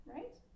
Right